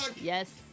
Yes